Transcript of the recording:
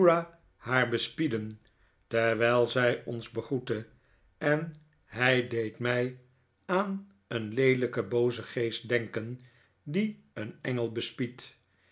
haar bespieden terwijl zij ons begroette en hij deed mij aan een leelijken boozen geest denken die een